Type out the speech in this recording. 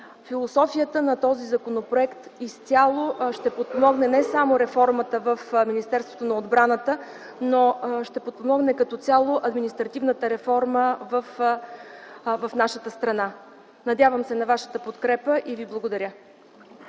Философията на този законопроект изцяло ще подпомогне не само реформата в Министерството на отбраната, но и като цяло административната реформа в нашата страна. Надявам се на Вашата подкрепа и Ви благодаря.